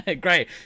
Great